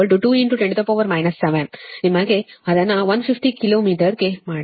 ಆದ್ದರಿಂದL210 7 ನಿಮಗೆ ಅದನ್ನು 150 ಕಿಲೋ ಮೀಟರ್ಗೆ ಮಾಡಿ